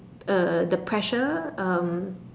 uh the pressure um